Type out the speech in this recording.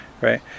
right